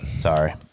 sorry